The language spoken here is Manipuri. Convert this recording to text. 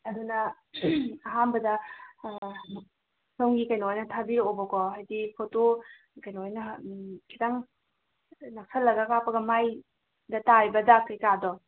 ꯑꯗꯨꯅ ꯑꯍꯥꯟꯕꯗ ꯁꯣꯝꯒꯤ ꯀꯩꯅꯣ ꯑꯣꯏꯅ ꯊꯥꯕꯤꯔꯛꯑꯣꯕꯀꯣ ꯍꯥꯏꯗꯤ ꯐꯣꯇꯣ ꯀꯩꯅꯣ ꯑꯣꯏꯅ ꯎꯝ ꯈꯤꯇꯪ ꯅꯛꯁꯤꯜꯂꯒ ꯀꯥꯞꯄꯒ ꯃꯥꯏꯗ ꯇꯥꯔꯤꯕ ꯗꯥꯛ ꯀꯩꯀꯥꯗꯣ